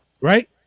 Right